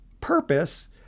purpose